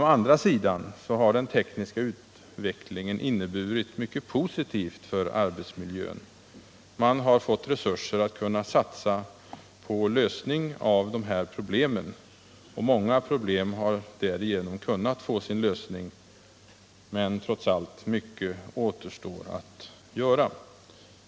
Å andra sidan har den tekniska utvecklingen inneburit mycket som är positivt för arbetsmiljön. Man har fått resurser att satsa på en lösning av de här problemen. Många har därigenom kunnat klaras av, men mycket återstår att göra.